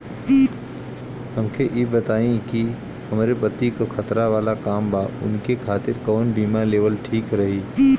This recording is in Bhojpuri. हमके ई बताईं कि हमरे पति क खतरा वाला काम बा ऊनके खातिर कवन बीमा लेवल ठीक रही?